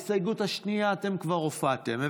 בהסתייגות השנייה אתם כבר הופעתם.